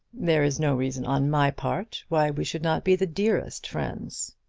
there is no reason on my part why we should not be the dearest friends,